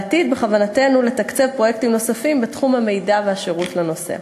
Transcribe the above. בעתיד בכוונתנו לתקצב פרויקטים נוספים בתחום המידע והשירות לנוסע.